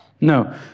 No